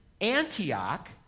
Antioch